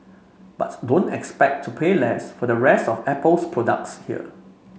don't expect to pay less for the rest of Apple's products here